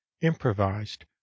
improvised